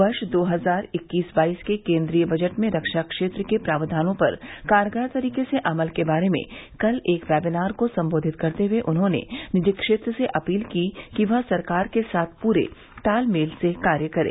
वर्ष दो हजार इक्कीस बाईस के केन्द्रीय बजट में रक्षा क्षेत्र के प्रावधानों पर कारगर तरीके से अमल के बारे में कल एक वेबिनार को संबोधित करते हए उन्होंने निजी क्षेत्र से अपील की कि वह सरकार के साथ पूरे तालमेल से कार्य करे